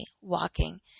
walking